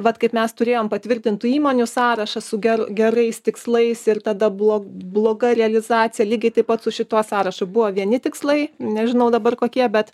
vat kaip mes turėjom patvirtintų įmonių sąrašą su ger gerais tikslais ir tada blo bloga realizacija lygiai taip pat su šituo sąrašu buvo vieni tikslai nežinau dabar kokie bet